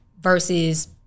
versus